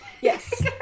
Yes